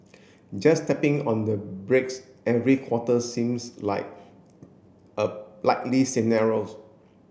just tapping on the brakes every quarter seems like a likely scenarios